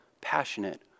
passionate